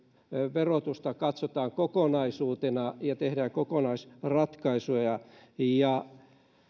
verotusta katsotaan kokonaisuutena ja tehdään kokonaisratkaisuja